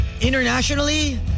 Internationally